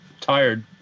tired